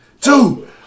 Two